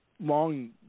Long